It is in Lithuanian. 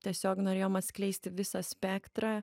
tiesiog norėjom atskleisti visą spektrą